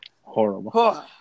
Horrible